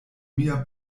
mia